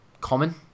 common